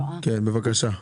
בבקשה.